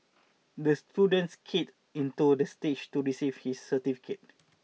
the student skated in toward the stage to receive his certificate